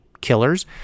killers